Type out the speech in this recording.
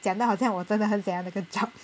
讲到好像我真的很想要那个 job